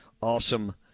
awesome